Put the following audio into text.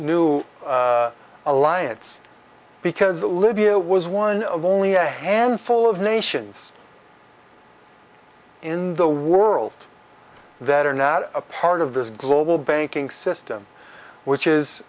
new alliance because the libya was one of only a handful of nations in the world that are not part of this global banking system which is